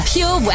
Pure